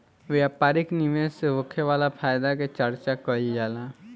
व्यापारिक निवेश से होखे वाला फायदा के चर्चा कईल जाला